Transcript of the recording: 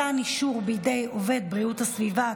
(מתן אישור בידי עובד בריאות הסביבה),